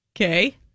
Okay